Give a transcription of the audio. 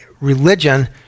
religion